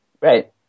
Right